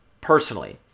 personally